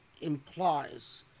implies